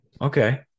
Okay